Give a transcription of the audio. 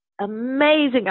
amazing